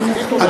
ממלכתית, אולי.